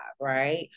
right